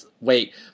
wait